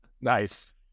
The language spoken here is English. Nice